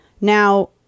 Now